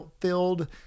filled